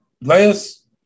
last